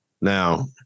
Now